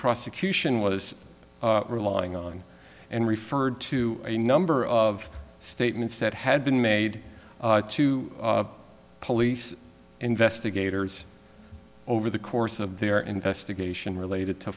prosecution was relying on and referred to a number of statements that had been made to police investigators over the course of their investigation related to